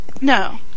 No